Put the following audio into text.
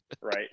Right